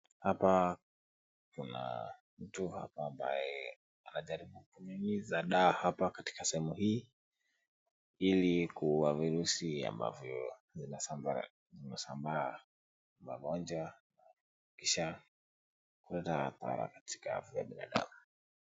Hapa kuna mtu hapa ambaye anajaribu kunyunyiza dawa hapa katika sehemu hii ili kuua virusi ambavyo zimesambaa pamoja kisha kuenda katika afya ya binadamu.